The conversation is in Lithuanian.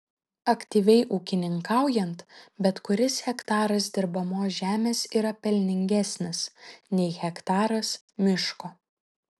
aktyviai ūkininkaujant bet kuris hektaras dirbamos žemės yra pelningesnis nei hektaras miško